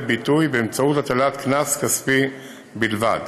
ביטוי באמצעות הטלת קנס כספי בלבד.